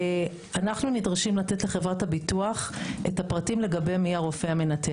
אנחנו נדרשים לתת לחברת הביטוח את הפרטים לגבי מי הרופא המנתח.